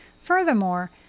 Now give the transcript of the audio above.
Furthermore